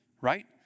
Right